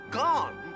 gone